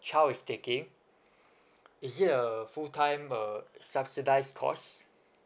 child is taking is it a full time uh subsidised course